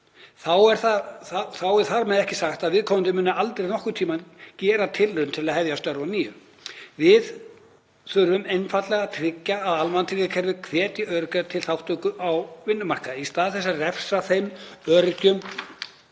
Þá er þar með ekki sagt að viðkomandi muni aldrei nokkurn tímann gera tilraun til að hefja störf að nýju. Við þurfum einfaldlega að tryggja að almannatryggingakerfið hvetji öryrkja til þátttöku á vinnumarkaði í stað þess að refsa þeim öryrkjum